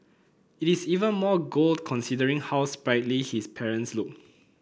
it is even more gold considering how sprightly his parents look